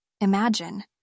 Imagine